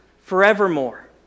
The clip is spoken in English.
forevermore